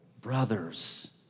brothers